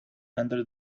under